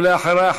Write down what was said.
ואחריה,